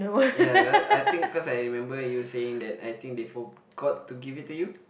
ya I I think cause I remember you saying that I think they forgot to give it to you